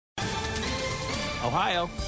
Ohio